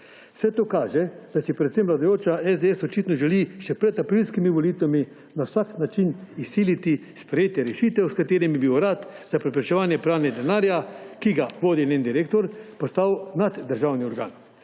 Vse to kaže, da si predvsem vladajoča SDS očitno želi še pred aprilskimi volitvami na vsak način izsiliti sprejetje rešitev, s katerimi bi Urad za preprečevanje pranja denarja, ki ga vodi njen direktor, postal naddržavni organ,